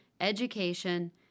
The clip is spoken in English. education